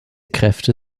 kräfte